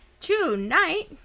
Tonight